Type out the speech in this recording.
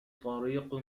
طريق